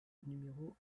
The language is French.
numéro